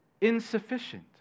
insufficient